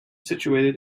situated